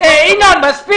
עם כל הכבוד.